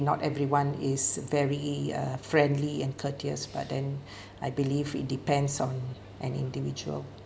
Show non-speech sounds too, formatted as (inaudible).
not everyone is very uh friendly and courteous but then (breath) I believe it depends on an individual